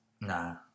Nah